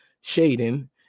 shading